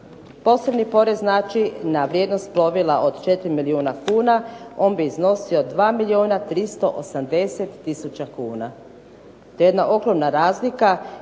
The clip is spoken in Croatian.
posebni porez znači na vrijednost plovila od 4 milijuna kuna on bi iznosio 2 milijuna 380 tisuća kuna.